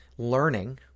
learning